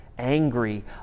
angry